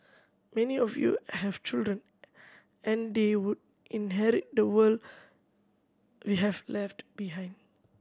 many of you have children and they would inherit the world we have left behind